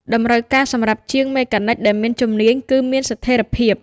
តម្រូវការសម្រាប់ជាងមេកានិកដែលមានជំនាញគឺមានស្ថេរភាព។